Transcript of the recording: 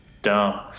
Dumb